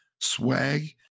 Swag